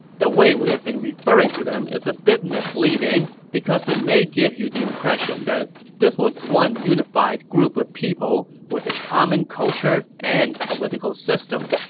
the way we've been referring to them is a bit misleading, because it may give you the impression that this was one unified group of people with a common culture and political system.